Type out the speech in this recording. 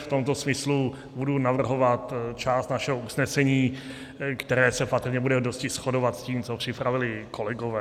V tomto smyslu budu navrhovat část našeho usnesení, které se patrně bude dosti shodovat s tím, co připravili kolegové.